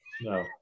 No